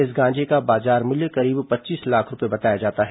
इस गांजे का बाजार मूल्य करीब पच्चीस लाख रूपये बताया जाता है